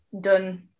done